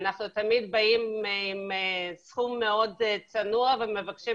אנחנו תמיד באים עם סכום מאוד צנוע ומבקשים